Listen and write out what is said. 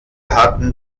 hatten